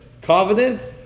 covenant